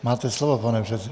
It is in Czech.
Máte slovo, pane předsedo.